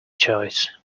choice